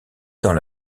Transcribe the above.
dans